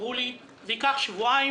אמרו לי: "זה ייקח שבועיים,